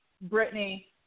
Brittany